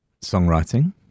songwriting